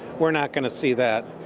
we're not gonna see that.